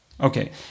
Okay